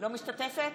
אינה משתתפת